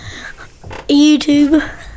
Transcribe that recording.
YouTube